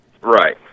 Right